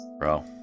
Bro